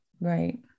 Right